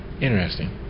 Interesting